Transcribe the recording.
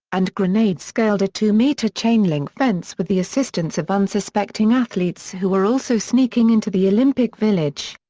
and grenades scaled a two-meter chain-link fence with the assistance of unsuspecting athletes who were also sneaking into the olympic village.